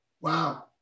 Wow